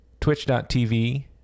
twitch.tv